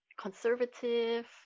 conservative